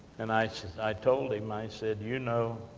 and i so i told him, i said, you know,